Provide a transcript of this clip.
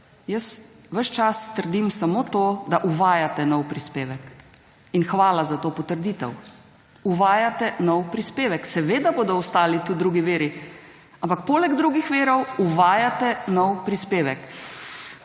Jaz ves čas trdim samo to, da uvajate nov prispevek in hvala za to potrditev. Uvajate nov prispevek. Seveda bodo ostali tudi drugi viri. Ampak, poleg drugih virov, uvajate nov prispevek.